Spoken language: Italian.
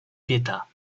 pietà